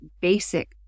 basic